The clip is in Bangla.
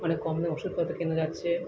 অনেক কম দামে ওষুধপত্র কেনা যাচ্ছে